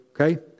Okay